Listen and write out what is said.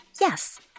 Yes